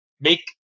make